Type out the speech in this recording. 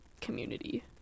community